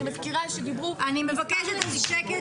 אני מבקשת שקט.